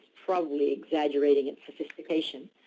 probably exaggerating its sophistication.